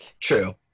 True